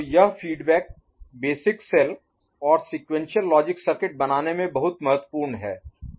तो यह फीडबैक प्रतिक्रिया बेसिक सेल और सीक्वेंशियल लॉजिक सर्किट बनाने में बहुत महत्वपूर्ण है